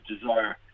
desire